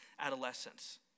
adolescence